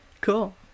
cool